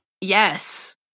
yes